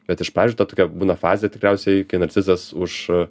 bet iš pradžių ta tokia būna fazė tikriausiai kai narcizas už